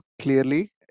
clearly